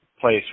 place